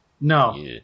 No